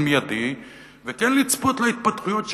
מיידי וכן לצפות להתפתחויות שקיימות,